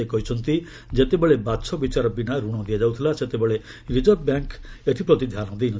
ସେ କହିଛନ୍ତି ଯେତେବେଳେ ବାଛବିଚାର ବିନା ରଣ ଦିଆଯାଉଥିଲା ସେତେବେଳେ ରିଜର୍ବ ବ୍ୟାଙ୍କ୍ ଏଥିପ୍ରତି ଧ୍ୟାନ ଦେଇ ନ ଥିଲା